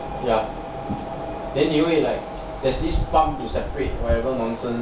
ya then 你又会 like there's this pump to separate whatever nonsense